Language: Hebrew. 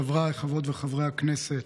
חבריי חברות וחברי הכנסת,